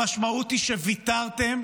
המשמעות היא שוויתרתם